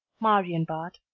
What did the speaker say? marienbad,